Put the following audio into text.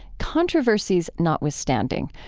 controversies notwithstanding,